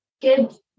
Kids